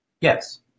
Yes